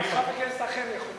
רק חבר כנסת אחר יכול להציע.